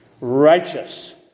Righteous